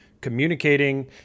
communicating